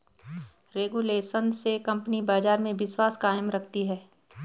regulation से company बाजार में विश्वास कायम रखती है